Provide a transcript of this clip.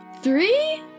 Three